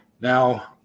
Now